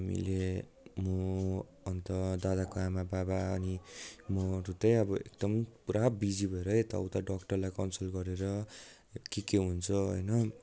हामीले म अन्त दादाको आमा बाबा अनि महरू चाहिँ अब एकदम पूरा बिजी भएर यताउता डक्टरलाई कन्सल्ट गरेर के के हुन्छ होइन